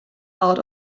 out